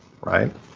Right